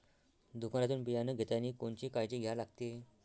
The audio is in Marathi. दुकानातून बियानं घेतानी कोनची काळजी घ्या लागते?